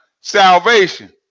Salvation